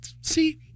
see